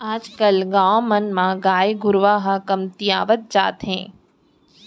आज कल गाँव मन म गाय गरूवा ह कमतियावत जात हे